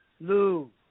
Lou